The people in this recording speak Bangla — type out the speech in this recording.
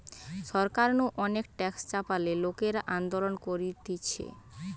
সরকার নু অনেক ট্যাক্স চাপালে লোকরা আন্দোলন করতিছে